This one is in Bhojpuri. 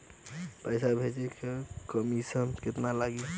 पैसा भेजे में कमिशन केतना लागि?